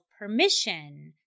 permission